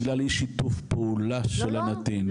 בגלל אי שיתוף פעולה של הנתין.